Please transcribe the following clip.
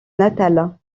natale